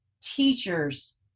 teachers